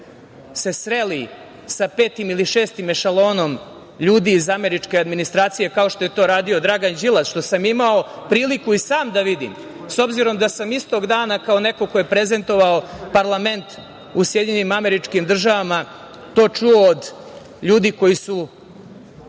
se sreli sa petim ili šestim ešalonom ljudi iz američke administracije, kao što je to radio Dragan Đilas, što sam imao priliku i sam da vidim. S obzirom da sam istog dana kao neko ko je prezentovao parlament u SAD to čuo od ljudi koji su